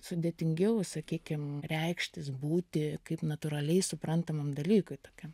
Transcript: sudėtingiau sakykim reikštis būti kaip natūraliai suprantamam dalykui tokiam